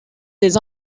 des